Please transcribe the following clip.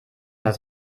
das